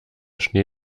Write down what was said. schnee